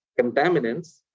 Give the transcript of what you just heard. contaminants